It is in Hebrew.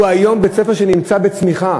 הוא היום בית-ספר שנמצא בצמיחה.